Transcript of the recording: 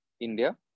India